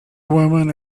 women